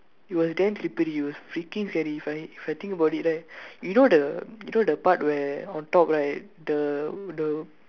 it was damn slippery it was freaking scary if I if I think about it right you know the you know the part where on top right the the